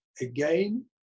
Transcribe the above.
again